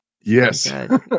Yes